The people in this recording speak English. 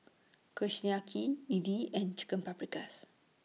Kushiyaki Idili and Chicken Paprikas